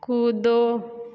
कूदो